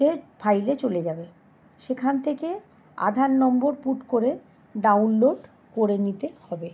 তে ফাইলে চলে যাবে সেখান থেকে আধার নম্বর পুট করে ডাউনলোড করে নিতে হবে